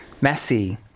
messy